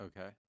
Okay